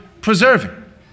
preserving